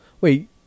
Wait